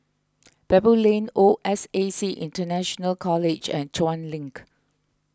Baboo Lane O S A C International College and Chuan Link